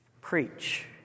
preach